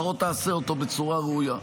לפחות אעשה אותו בצורה ראויה.